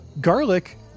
Garlic